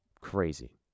Crazy